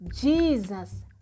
jesus